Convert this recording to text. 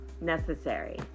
necessary